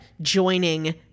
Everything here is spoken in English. joining